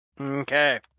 Okay